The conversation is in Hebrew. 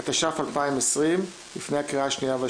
אני אתחיל דווקא עם סעיף ב' לסדר היום בשביל לאפשר